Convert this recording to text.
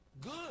good